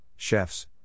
chefs